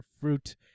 fruit